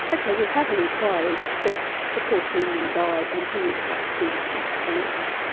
ok we'll have an inquiry, but the poor seaman died, and henry parkes seized his chance.